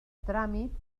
tràmit